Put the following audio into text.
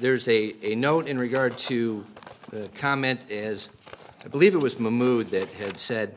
there's a a note in regard to the comment is i believe it was mahmoud that had said